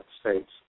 states